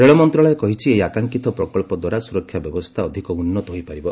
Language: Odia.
ରେଳ ମନ୍ତ୍ରଣାଳୟ କହିଛି ଏହି ଆକାଂକ୍ଷିତ ପ୍ରକଳ୍ପ ଦ୍ୱାରା ସୁରକ୍ଷା ବ୍ୟବସ୍ଥା ଅଧିକ ଉନ୍ନତ ହୋଇପାରିବ